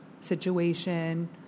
situation